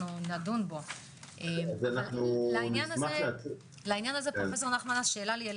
לעניין הזה שאלה: